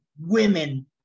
women